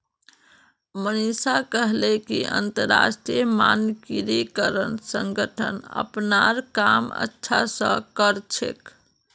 मनीषा कहले कि अंतरराष्ट्रीय मानकीकरण संगठन अपनार काम अच्छा स कर छेक